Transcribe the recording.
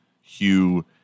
Hugh